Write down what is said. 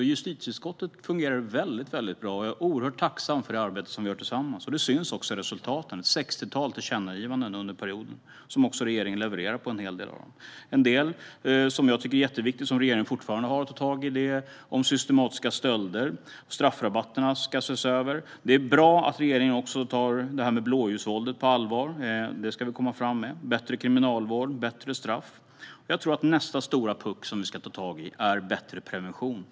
I justitieutskottet fungerar det väldigt bra. Jag är oerhört tacksam för det arbete som vi gör tillsammans. Det syns också i resultaten - det är ett sextiotal tillkännagivanden under den här perioden, och regeringen levererar när det gäller en hel del av dem. En del som jag tycker är jätteviktig och som regeringen fortfarande har att ta tag i gäller systematiska stölder. Straffrabatterna ska ses över. Det är bra att regeringen tar blåljusvåldet på allvar. Det ska vi komma fram med. Det handlar om bättre kriminalvård och bättre straff. Jag tror att nästa stora puck som vi ska ta tag i är bättre prevention.